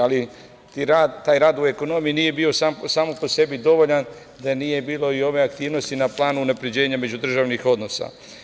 Ali, taj rad u ekonomiji nije bio sam po sebi dovoljan da nije bilo i ove aktivnosti na planu unapređenja međudržavnih odnosa.